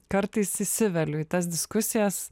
kartais įsiveliu į tas diskusijas